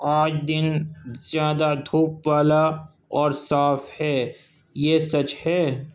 آج دن زیادہ دھوپ والا اور صاف ہے یہ سچ ہے